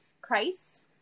Christ